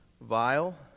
vile